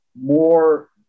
more